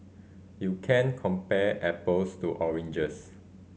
you can't compare apples to oranges